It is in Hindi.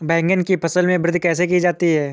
बैंगन की फसल में वृद्धि कैसे की जाती है?